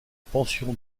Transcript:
pension